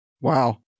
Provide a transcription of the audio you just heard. Wow